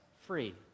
free